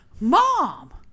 Mom